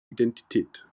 identität